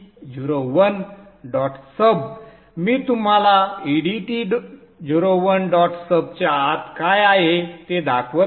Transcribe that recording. सब मी तुम्हाला edt 01 dot सबच्या आत काय आहे ते दाखवत नाही